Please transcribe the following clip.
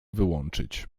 wyłączyć